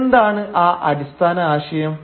എന്താണ് ആ അടിസ്ഥാന ആശയം